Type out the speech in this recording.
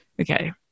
okay